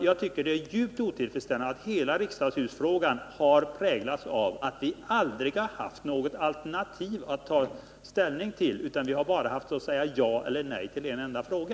Jagtycker det är djupt otillfredsställande att hela riksdagshusfrågan har präglats av att vi aldrig haft några alternativa förslag att ta ställning till, utan att vi bara har haft att säga ja eller nej till en enda fråga.